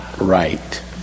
right